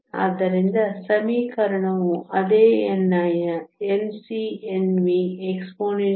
ಆದ್ದರಿಂದ ಸಮೀಕರಣವು ಅದೇ ni ಯು Nc Nv exp Eg2kT